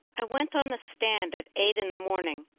i went on the stand at eight in the morning,